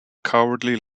cowardly